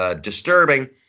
disturbing